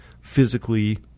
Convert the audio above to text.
physically